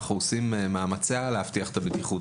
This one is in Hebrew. אנחנו עושים מאמצי-על כדי להבטיח את הבטיחות.